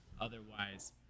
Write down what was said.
Otherwise